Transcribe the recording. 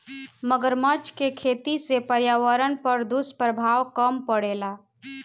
मगरमच्छ के खेती से पर्यावरण पर दुष्प्रभाव कम पड़ेला